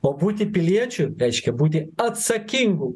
o būti piliečiu reiškia būti atsakingu